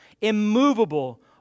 immovable